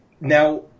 Now